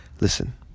listen